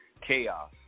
Chaos